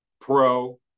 pro